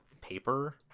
paper